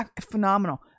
Phenomenal